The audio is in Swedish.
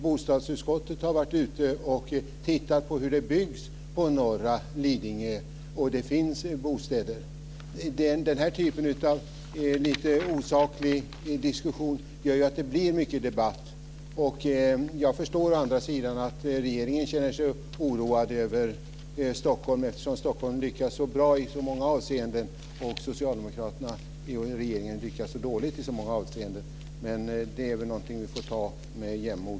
Bostadsutskottet har varit ute och tittat på hur det byggs på norra Lidingö. Det finns bostäder. Den här typen av lite osaklig diskussion gör att det blir mycket debatt. Jag förstår å andra sidan att regeringen känner sig oroad över Stockholm, eftersom Stockholm lyckas så bra i så många avseenden, och socialdemokraterna och regeringen lyckas så dåligt i så många avseenden. Det är någonting vi får ta med jämnmod.